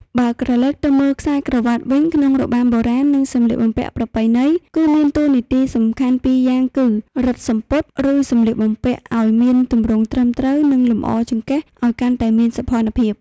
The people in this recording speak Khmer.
បើក្រឡេកទៅមើលខ្សែក្រវាត់វិញក្នុងរបាំបុរាណ និងសម្លៀកបំពាក់ប្រពៃណី គឺមានតួនាទីសំខាន់ពីរយ៉ាងគឺ រឹតសំពត់ ឬសម្លៀកបំពាក់ ឲ្យមានទម្រង់ត្រឹមត្រូវ និងលម្អចង្កេះឲ្យកាន់តែមានសោភ័ណភាព។